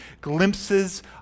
glimpses